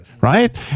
Right